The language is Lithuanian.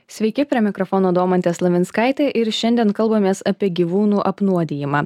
sveiki prie mikrofono domantės slavinskaitė ir šiandien kalbamės apie gyvūnų apnuodijimą